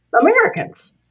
Americans